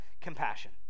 compassion